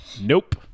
Nope